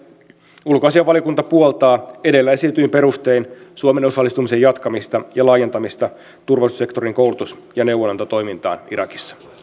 ulkoasiainvaliokunta puoltaa edellä esitetyin perustein suomen osallistumisen jatkamista ja laajentamista turvallisuussektorin koulutus ja neuvonantotoimintaan irakissa